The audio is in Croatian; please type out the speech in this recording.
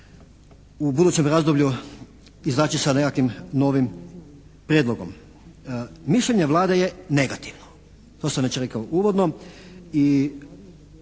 u budućem razdoblju izaći sa nekakvim novim prijedlogom. Mišljenje Vlade je negativno, to sam već rekao uvodno